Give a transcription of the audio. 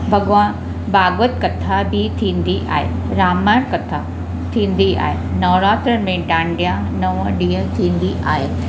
भॻवान भागवत कथा बि थींदी आहे ब्राह्मण कथा थींदी आहे नवरात्र में डाडिंया नव ॾींहं थींदी आहे